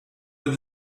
with